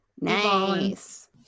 Nice